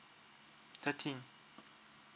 thirteen